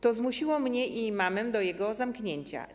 To zmusiło mnie i mamę do jego zamknięcia.